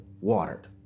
watered